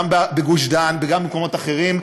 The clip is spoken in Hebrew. גם בגוש-דן וגם במקומות אחרים,